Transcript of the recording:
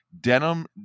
denim